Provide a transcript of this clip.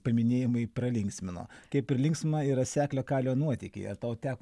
paminėjimai pralinksmino kaip ir linksma yra seklio kalio nuotykiai ar tau teko